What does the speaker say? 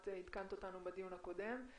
את עדכנת אותנו בדיון הקודם,